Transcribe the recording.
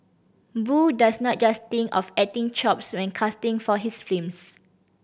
boo does not just think of acting chops when casting for his films